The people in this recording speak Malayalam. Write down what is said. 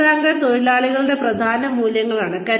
കരിയർ ആങ്കർ തൊഴിലാളികളുടെ പ്രധാന മൂല്യങ്ങളാണ്